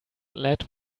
let